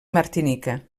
martinica